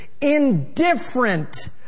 indifferent